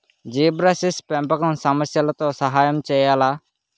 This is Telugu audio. జీబ్రాఫిష్ పెంపకం సమస్యలతో సహాయం చేయాలా?